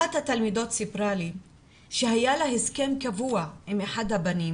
אחת התלמידות סיפרה לי שהיה לה הסכם קבוע עם אחד הבנים